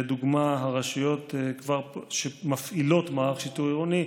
לדוגמה, הרשויות שכבר מפעילות מערך שיטור עירוני: